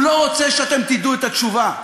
הוא לא רוצה שאתם תדעו את התשובה,